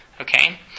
Okay